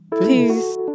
Peace